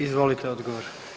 Izvolite odgovor.